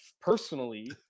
personally